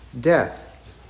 death